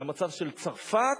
למצב של צרפת,